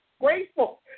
Grateful